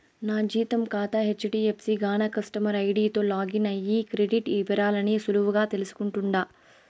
నా జీతం కాతా హెజ్డీఎఫ్సీ గాన కస్టమర్ ఐడీతో లాగిన్ అయ్యి క్రెడిట్ ఇవరాల్ని సులువుగా తెల్సుకుంటుండా